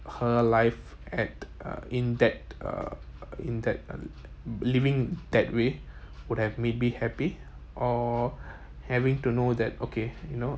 her life at uh in that uh in that uh living that way would have made me happy or having to know that okay you know